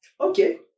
Okay